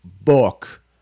book